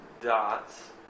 dots